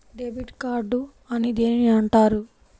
Debit card అని దేనిని అంటారు?